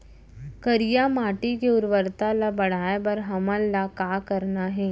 करिया माटी के उर्वरता ला बढ़ाए बर हमन ला का करना हे?